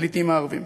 הפליטים הערבים.